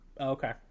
okay